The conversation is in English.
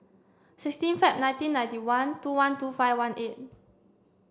sixteen Feb nineteen ninety one two one two five one eight